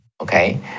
okay